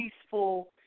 peaceful